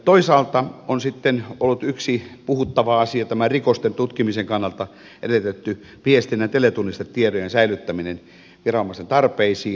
toisaalta on sitten ollut yksi puhuttava asia tämä rikosten tutkimisen kannalta edellytetty viestinnän teletunnistetietojen säilyttäminen viranomaisen tarpeisiin